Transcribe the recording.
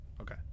Okay